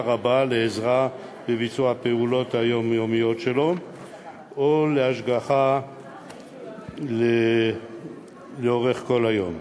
רבה לעזרה בביצוע הפעולות היומיומיות שלו או להשגחה לאורך כל היום.